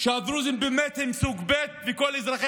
שהדרוזים הם באמת סוג ב' וכל אזרחי